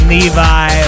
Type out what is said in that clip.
Levi